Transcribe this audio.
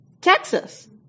Texas